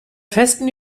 festen